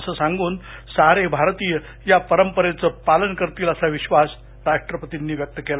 असं सांगून सारे भारतीय या परंपरेचं पालन करतील असा विक्वास राष्ट्रपतींनी व्यक्त केला